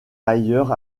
ailleurs